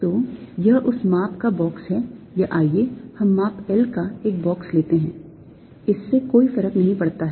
तो यह उस माप का बॉक्स है या आइए हम माप L का एक बॉक्स लेते हैं इससे कोई फर्क नहीं पड़ता है